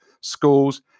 schools